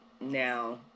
Now